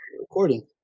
recording